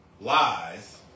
lies